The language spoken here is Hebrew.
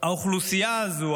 האוכלוסייה הזו,